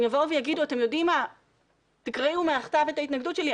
הם יגידו: תקראו מהכתב את ההתנגדות שלי,